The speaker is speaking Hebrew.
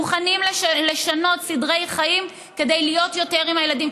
מוכנים לשנות סדרי חיים כדי להיות יותר עם הילדים.